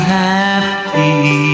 happy